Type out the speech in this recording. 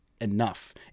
enough